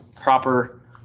proper